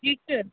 ٹھیٖک چھا